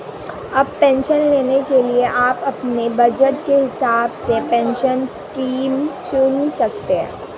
अब पेंशन लेने के लिए आप अपने बज़ट के हिसाब से पेंशन स्कीम चुन सकते हो